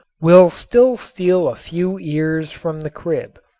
will still steal a few ears from the crib.